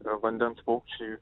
ir vandens paukščiai